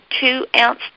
two-ounce